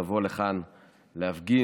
לבוא לכאן להפגין,